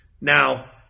Now